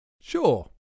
Sure